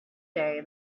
day